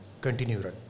continue